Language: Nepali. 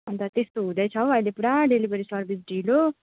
अन्त त्यस्तो हुँदैछ हौ अहिले पुरा डेलिभरी सर्भिस ढिलो